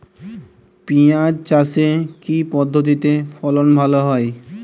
পিঁয়াজ চাষে কি পদ্ধতিতে ফলন ভালো হয়?